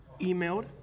emailed